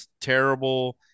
Terrible